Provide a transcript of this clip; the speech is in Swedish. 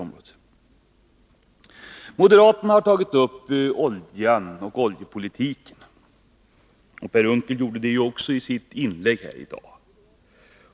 Moderaterna har i en reservation tagit upp frågan om oljepolitiken. Per Unckel gjorde det också i sitt inlägg här i dag.